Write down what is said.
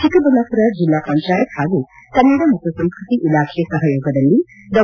ಚಿಕ್ಕಬಳ್ಳಾಪುರ ಜಿಲ್ಲಾಪಂಚಾಯತ್ ಹಾಗೂ ಕನ್ನಡ ಮತ್ತು ಸಂಸ್ಕತಿ ಇಲಾಖೆ ಸಹಯೋಗದಲ್ಲಿ ಡಾ